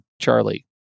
Charlie